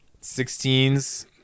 Sixteens